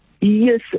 Yes